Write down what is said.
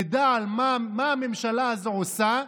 תדע מה הממשלה הזאת עושה,